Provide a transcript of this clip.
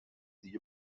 دیگه